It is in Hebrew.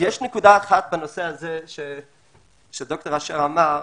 בנושא הזה שד"ר אשר אמר.